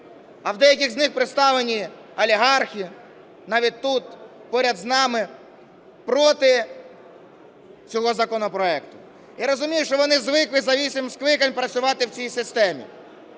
а в деяких з них представлені олігархи, навіть тут, поряд з нами, проти цього законопроекту. Я розумію, що вони звикли за вісім скликань працювати в цій системі.